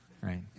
Right